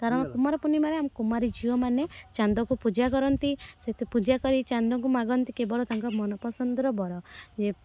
କାରଣ କୁମାର ପୂର୍ଣ୍ଣିମାରେ ଆମେ କୁମାରୀ ଝିଅ ମାନେ ଚାନ୍ଦକୁ ପୂଜା କରନ୍ତି ସେ ପୂଜା କରି ଚାନ୍ଦକୁ ମାଗନ୍ତି କି କେବଳ ତାଙ୍କ ମନ ପସନ୍ଦର ବର